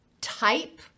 type